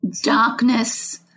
darkness